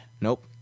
Nope